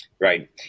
Right